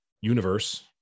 universe